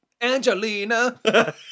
Angelina